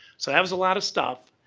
so, that was a lot of stuff.